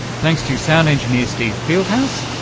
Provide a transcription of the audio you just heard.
thanks to sound engineer steve fieldhouse.